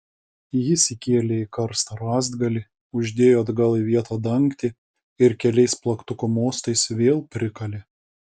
jis įkėlė į karstą rąstgalį uždėjo atgal į vietą dangtį ir keliais plaktuko mostais vėl prikalė